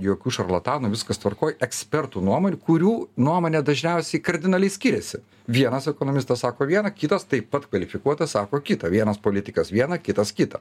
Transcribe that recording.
jokių šarlatanų viskas tvarkoj ekspertų nuomonių kurių nuomonė dažniausiai kardinaliai skiriasi vienas ekonomistas sako viena kitas taip pat kvalifikuotas sako kita vienas politikas viena kitas kita